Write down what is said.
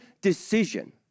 decision